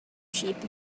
sheep